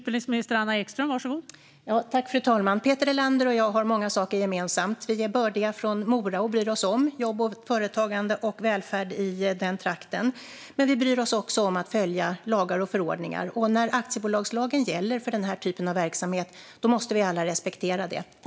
Fru talman! Peter Helander och jag har många saker gemensamt. Vi är bördiga från Mora och bryr oss om jobb, företagande och välfärd i den trakten. Men vi bryr oss också om att följa lagar och förordningar, och när aktiebolagslagen gäller för den här typen av verksamhet måste vi alla respektera det.